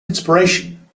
inspiration